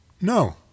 No